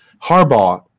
Harbaugh